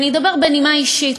ואני אדבר בנימה אישית,